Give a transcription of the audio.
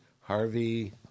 Harvey